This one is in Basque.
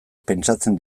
pentsatzen